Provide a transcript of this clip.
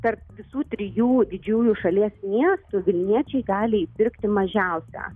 tarp visų trijų didžiųjų šalies miestų vilniečiai gali įpirkti mažiausią